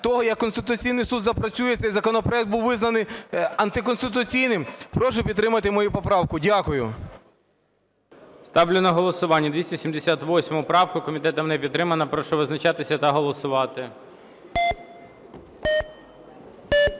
того, як Конституційний Суд запрацює, цей законопроект був визнаний антиконституційним? Прошу підтримати мою поправку. Дякую. ГОЛОВУЮЧИЙ. Ставлю на голосування 278 правку. Комітетом не підтримана. Прошу визначатися та голосувати. 12:57:06